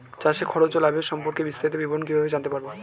চাষে খরচ ও লাভের সম্পর্কে বিস্তারিত বিবরণ কিভাবে জানতে পারব?